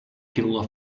kindle